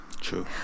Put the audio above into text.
True